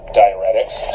diuretics